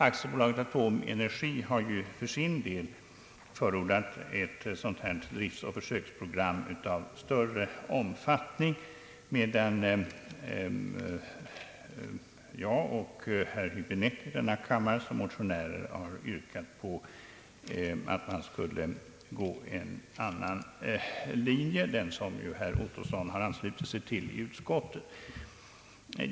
AB Atomenergi har för sin del förordat ett driftsoch försöksprogram av större omfattning, medan jag och herr Häbinette i denna kammare som motionärer har yrkat på att man skulle följa en annan linje, den som herr Ottosson nu har anslutit sig till i utskottet.